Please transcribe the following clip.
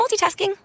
multitasking